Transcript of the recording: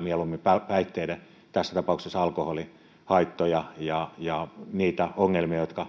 mieluummin vähentää päihteiden tässä tapauksessa alkoholin haittoja ja ja niitä ongelmia joita